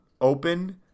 open